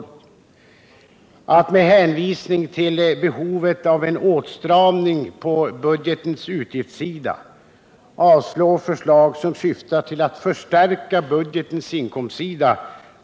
Det verkar inte speciellt övertygande när man med hänvisning till behovet av en åtstramning på budgetens utgiftssida avstyrker förslag som syftar till att förstärka budgetens inkomstsida.